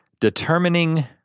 determining